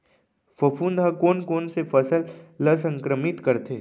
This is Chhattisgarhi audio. फफूंद ह कोन कोन से फसल ल संक्रमित करथे?